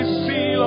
see